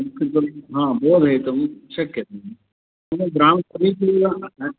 संस्कृतं बोधयितुं शक्यते एवं ग्रामसमीपे एव